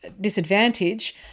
disadvantage